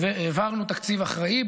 העברנו תקציב אחראי,